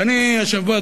ואני השבוע,